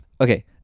Okay